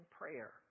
prayer